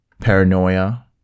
paranoia